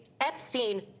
Epstein